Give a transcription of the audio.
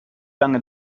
lange